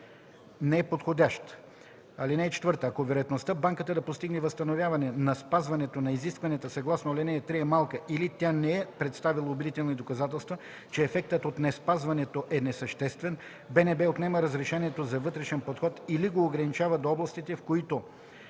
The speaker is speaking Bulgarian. не е подходящ. (4) Ако вероятността банката да постигне възстановяване на спазването на изискванията съгласно ал. 3 е малка или тя не е представила убедителни доказателства, че ефектът от неспазването е несъществен, БНБ отнема разрешението за вътрешен подход или го ограничава до областите, в които